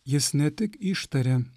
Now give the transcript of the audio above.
jis ne tik ištarė